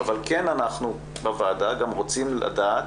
אבל כן אנחנו בוועדה גם רוצים לדעת,